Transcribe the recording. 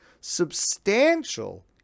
substantial